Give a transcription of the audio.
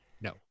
no